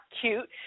cute